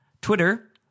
Twitter